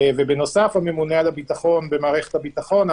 בנוסף הממונה על הביטחון במערכת הביטחון,